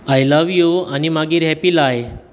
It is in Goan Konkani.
आय लव यू आनी मागीर हॅप्पी लाय